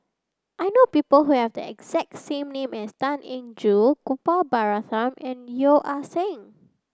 I know people who have the exact same name as Tan Eng Joo Gopal Baratham and Yeo Ah Seng